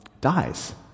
dies